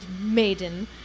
maiden